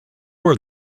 were